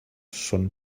són